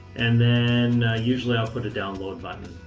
and then usually i'll put a download button